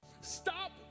stop